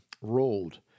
rolled